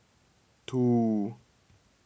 two